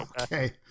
okay